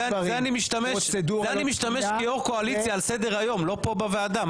זה אני משתמש כיושב ראש קואליציה על סדר היום אבל לא כאן בוועדה.